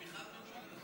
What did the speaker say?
בבקשה.